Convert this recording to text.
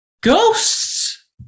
Ghosts